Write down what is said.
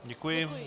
Děkuji.